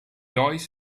lois